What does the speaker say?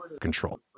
control